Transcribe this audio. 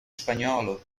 spagnolo